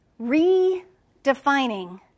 redefining